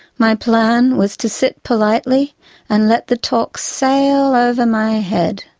my plan was to sit politely and let the talk sail over my head.